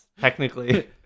Technically